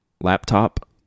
laptop